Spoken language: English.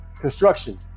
construction